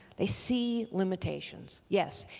they see limitations. yes,